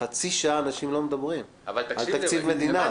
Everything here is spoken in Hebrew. חצי שעה אנשים לא מדברים, על תקציב מדינה.